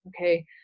okay